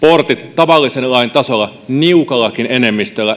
tavallisen lain tasolla niukallakin enemmistöllä